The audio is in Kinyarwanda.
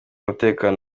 umutekano